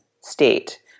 state